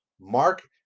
Mark